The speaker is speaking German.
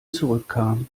zurückkam